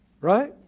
Right